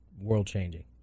world-changing